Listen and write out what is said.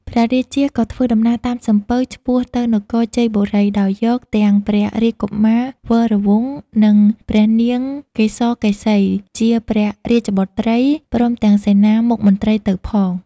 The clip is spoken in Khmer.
ព្រះរាជាក៏ធ្វើដំណើរតាមសំពៅឆ្ពោះទៅនគរជ័យបូរី ដោយយកទាំងព្រះរាជកុមារវរវង្ស នឹងព្រះនាងកេសកេសីជាព្រះរាជបុត្រី ព្រមទាំងសេនាមុខមន្ត្រីទៅផង។